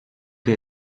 que